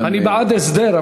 אני בעד הסדר,